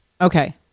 Okay